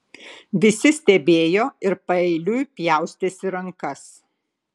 visi stebėjo ir paeiliui pjaustėsi rankas